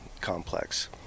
complex